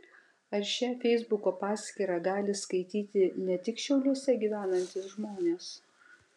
ar šią feisbuko paskyrą gali skaityti ne tik šiauliuose gyvenantys žmonės